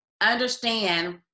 understand